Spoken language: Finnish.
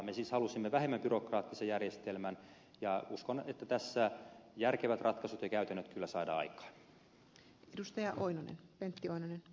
me siis halusimme vähemmän byrokraattisen järjestelmän ja uskon että tässä järkevät ratkaisut ja käytännöt kyllä saadaan aikaan